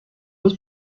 was